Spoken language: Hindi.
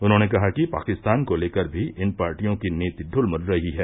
उन्हॉने कहा कि पाकिस्तान को लेकर भी इन पार्टियों की नीति दलमूल रही है